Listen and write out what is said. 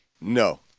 No